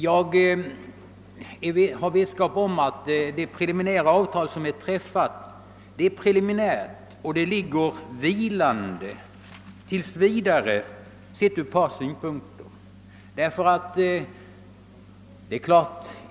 Jag har vetskap om att det preliminära avtal som har träffats tills vidare ligger vilande.